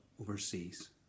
overseas